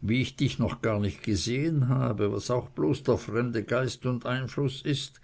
wie ich dich noch gar nicht gesehen habe was auch bloß der fremde geist und einfluß ist